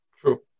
True